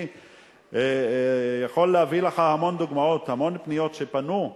אני יכול להביא לך המון דוגמאות, המון פניות שפנו.